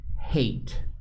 hate